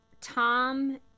Tom